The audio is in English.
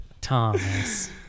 Thomas